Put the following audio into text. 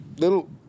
little